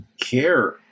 care